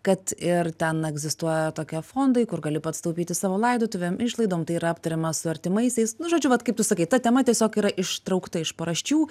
kad ir ten egzistuoja tokie fondai kur gali pats taupyti savo laidotuvėm išlaidom tai yra aptariama su artimaisiais nu žodžiu vat kaip tu sakai ta tema tiesiog yra ištraukta iš paraščių